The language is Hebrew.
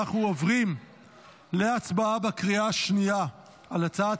אנחנו עוברים להצבעה בקריאה השנייה על הצעת